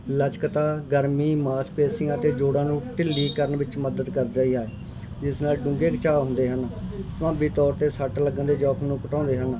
ਲਚਕਤਾ ਗਰਮੀ ਮਾਸਪੇਸ਼ੀਆਂ ਅਤੇ ਜੋੜਾਂ ਨੂੰ ਢਿੱਲੀ ਕਰਨ ਵਿੱਚ ਮਦਦ ਕਰਦਾ ਹੀ ਹੈ ਜਿਸ ਨਾਲ ਡੂੰਘੇ ਬਚਾਅ ਹੁੰਦੇ ਹਨ ਸੁਭਾਵਿਕ ਤੌਰ 'ਤੇ ਸੱਟ ਲੱਗਣ ਦੇ ਜੋਖਮ ਨੂੰ ਘਟਾਉਂਦੇ ਹਨ